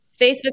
Facebook